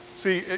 see,